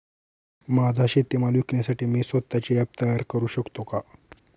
माझा शेतीमाल विकण्यासाठी मी स्वत:चे ॲप तयार करु शकतो का?